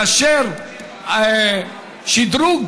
מאשר שדרוג